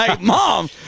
mom